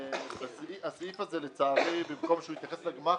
במקום שהסעיף הזה יתייחס לגמ"חים,